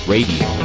Radio